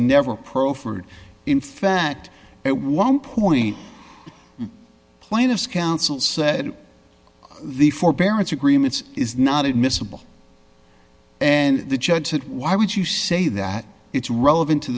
never profer and in fact at one point plaintiff's counsel said the forbearance agreements is not admissible and the judge said why would you say that it's relevant to